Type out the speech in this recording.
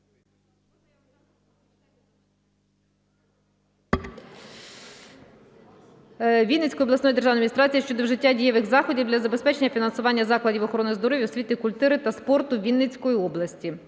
Вінницької обласної державної адміністрації щодо вжиття дієвих заходів для забезпечення фінансування закладів охорони здоров'я Вінницької області,